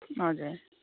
हजुर